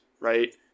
right